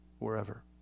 wherever